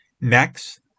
Next